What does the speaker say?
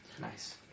Nice